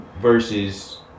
versus